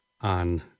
on